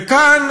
וכאן,